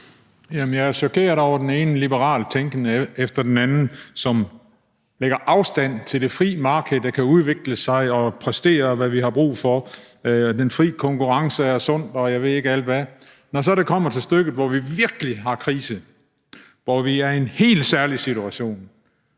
(EL): Jeg er chokeret over den ene liberalt tænkende efter den anden, som lægger afstand til det fri marked, der kan udvikle sig og præstere, hvad vi har brug for, og det bliver sagt, at den frie konkurrence er sund, og jeg ved ikke hvad. Når så det kommer til stykket og vi virkelig har krise, hvor vi er i en helt særlig situation,